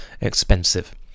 expensive